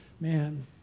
Man